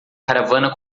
caravana